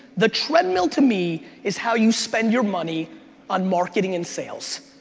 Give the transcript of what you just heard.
the treadmill to me is how you spend your money on marketing and sales.